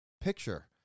picture